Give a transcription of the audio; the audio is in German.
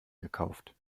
gekauft